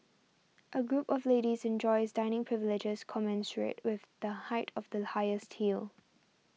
a group of ladies enjoys dining privileges commensurate with the height of the highest heel